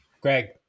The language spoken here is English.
Greg